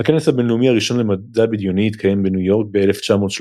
הכנס הבינלאומי הראשון למדע בדיוני התקיים בניו יורק ב-1939,